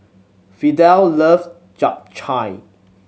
Fidel love Japchae